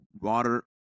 Water